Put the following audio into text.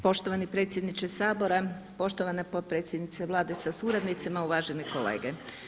Poštovani predsjedniče Sabora, poštovana potpredsjednice Vlade sa suradnicima, uvažene kolege.